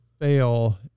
fail